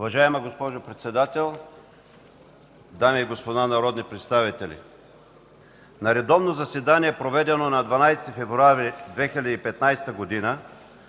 Уважаема госпожо Председател, дами и господа народни представители! „На редовно заседание, проведено на 12 февруари 2015 г.,